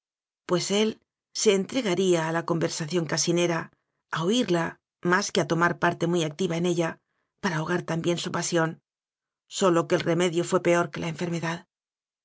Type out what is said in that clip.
pues él se entregaría a la conversación casinera a oirla más que a tomar parte muy activa en ella para aho gar también su pasión sólo que el remedio fué peor que la enfermedad